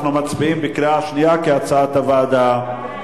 אנחנו מצביעים בקריאה שנייה כהצעת הוועדה.